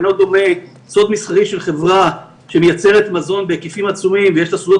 אינו דומה סוד מסחרי של חברה שמייצרת מזון בהיקפים עצומים ויש לה סודות